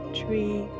three